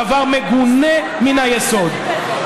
דבר מגונה מן היסוד.